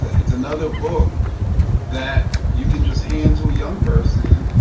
it's another book that you can just hand to a young person.